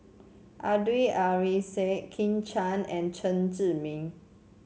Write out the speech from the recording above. Abdul Kadir Syed Kit Chan and Chen Zhiming